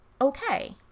okay